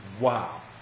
Wow